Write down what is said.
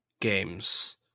games